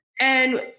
And-